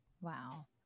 wow